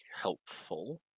helpful